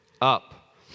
Up